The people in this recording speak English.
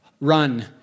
run